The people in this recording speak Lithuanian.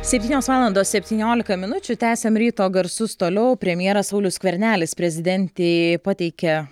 septynios valandos septyniolika minučių tęsiam ryto garsus toliau premjeras saulius skvernelis prezidentei pateikė